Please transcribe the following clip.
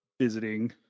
visiting